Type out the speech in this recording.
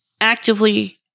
actively